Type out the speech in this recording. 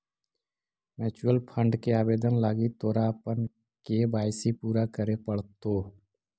mutual fund के आवेदन लागी तोरा अपन के.वाई.सी पूरा करे पड़तो